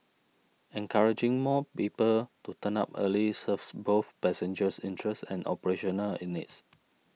encouraging more people to turn up early serves both passengers interests and operational needs